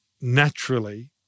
naturally